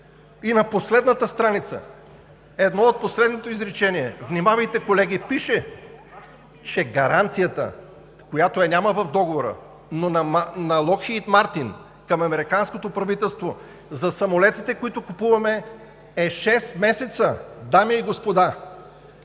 И на последната страница, едно от последните изречения, внимавайте, колеги, пише, че гаранцията, която я няма в договора, но на „Локхийд Мартин“ към американското правителство за самолетите, които купуваме, е шест месеца. Дами и господа,